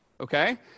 Okay